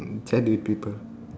chat with people